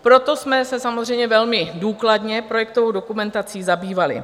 Proto jsme se samozřejmě velmi důkladně projektovou dokumentací zabývali.